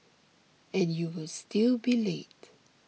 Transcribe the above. and you will still be late